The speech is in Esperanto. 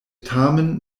tamen